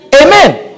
amen